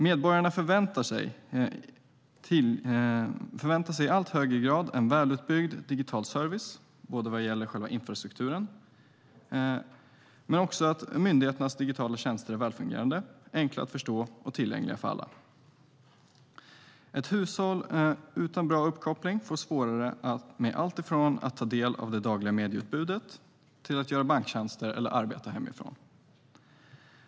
Medborgarna förväntar sig i allt större utsträckning en välutbyggd digital service, både vad gäller själva infrastrukturen och att myndigheternas digitala tjänster är välfungerande, enkla att förstå och tillgängliga för alla. Ett hushåll utan bra uppkoppling får svårare med allt från att ta del av det dagliga medieutbudet till att göra banktjänster eller arbeta hemifrån.